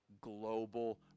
global